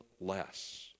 less